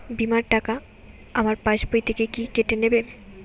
বিমার টাকা আমার পাশ বই থেকে কি কেটে নেবে?